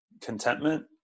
Contentment